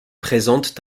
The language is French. présentent